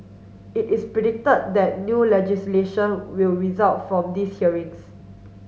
it is predict that new legislation will result from these hearings